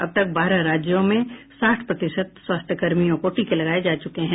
अब तक बारह राज्यों में साठ प्रतिशत स्वास्थ्यकर्मियों को टीके लगाए जा चूके हैं